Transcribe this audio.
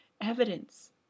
evidence